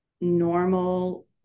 normal